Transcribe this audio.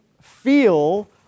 feel